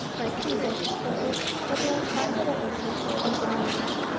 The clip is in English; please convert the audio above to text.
my kingdom is composed of several fine provinces upon the main land,